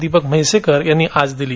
दीपक म्हैसेकर यांनी दिली